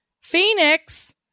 Phoenix